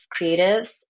creatives